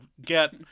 get